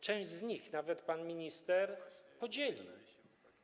Część z nich nawet pan minister podzielił.